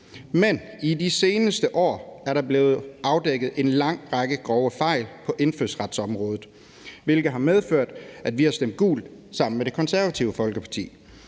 Men i de seneste år er der blevet afdækket en lang række grove fejl på indfødsretsområdet, hvilket har medført, at vi har stemt gult sammen med Det Konservative Folkeparti.